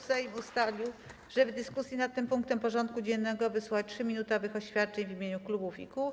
Sejm ustalił, że w dyskusji nad tym punktem porządku dziennego wysłucha 3-minutowych oświadczeń w imieniu klubów i kół.